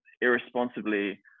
irresponsibly